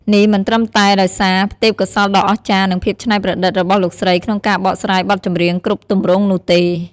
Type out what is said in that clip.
នេះមិនត្រឹមតែដោយសារ ទេពកោសល្យដ៏អស្ចារ្យ និង ភាពច្នៃប្រឌិត របស់លោកស្រីក្នុងការបកស្រាយបទចម្រៀងគ្រប់ទម្រង់នោះទេ។